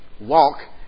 walk